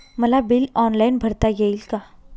मला bill online भरता येईल का?